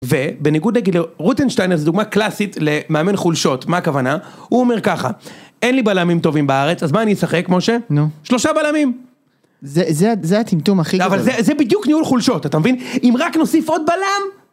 ובניגוד לגיל רוטינשטיינר, זו דוגמה קלאסית למאמן חולשות, מה הכוונה? הוא אומר ככה, אין לי בלמים טובים בארץ, אז מה אני אשחק, משה? נו. שלושה בלמים! זה, זה, זה הטמטום הכי גדול. אבל זה, זה בדיוק ניהול חולשות, אתה מבין? אם רק נוסיף עוד בלם...